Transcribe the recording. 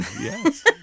Yes